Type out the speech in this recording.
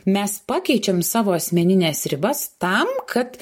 mes pakeičiam savo asmenines ribas tam kad